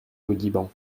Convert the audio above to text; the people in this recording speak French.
gaudiband